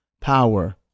power